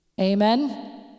Amen